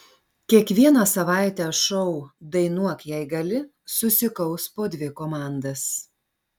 kiekvieną savaitę šou dainuok jei gali susikaus po dvi komandas